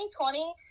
2020